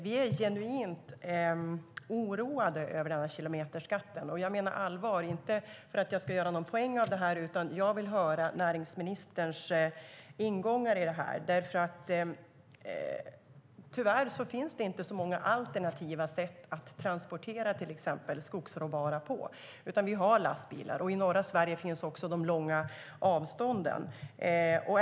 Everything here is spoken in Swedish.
Vi är genuint oroade över kilometerskatten. Jag menar allvar. Det handlar inte om att jag ska göra någon poäng av detta, utan jag vill höra näringsministerns ingångar i det här. Tyvärr finns det inte så många alternativa sätt att transportera till exempel skogsråvara, utan vi har lastbilar. I norra Sverige finns också de långa avstånden.